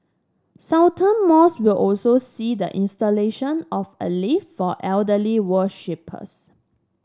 Sultan Mosque will also see the installation of a lift for elderly worshippers